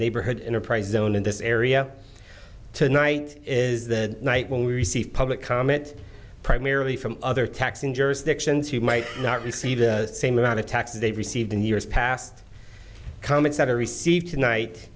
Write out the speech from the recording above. neighborhood enterprise zone in this area tonight is the night when we receive public comment primarily from other taxing jurisdictions who might not receive the same amount of taxes they received in years past comments that are received tonight